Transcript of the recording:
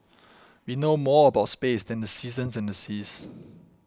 we know more about space than the seasons and the seas